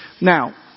Now